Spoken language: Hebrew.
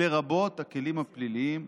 לרבות הכלים הפליליים,